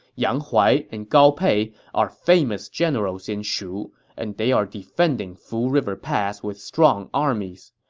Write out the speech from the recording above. yang huai and gao pei are famous generals in shu, and they are defending fu river pass with strong armies.